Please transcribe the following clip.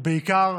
בעיקר